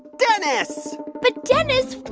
dennis but, dennis,